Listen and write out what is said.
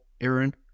Aaron